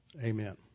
Amen